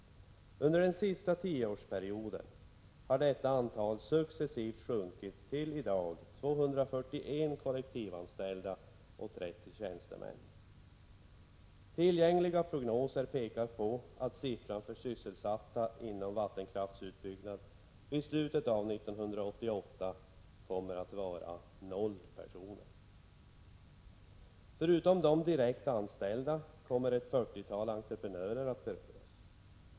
Under den senaste tioårsperioden har detta antal successivt sjunkit till i dag 241 kollektivanställda och 30 tjänstemän. Tillgängliga prognoser pekar på att siffran för sysselsatta inom vattenkraftsutbyggnad vid slutet av 1988 kommer att vara 0 personer. Förutom de direkt anställda kommer ett fyrtiotal entreprenörer att beröras.